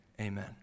amen